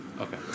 Okay